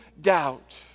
doubt